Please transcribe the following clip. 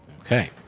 Okay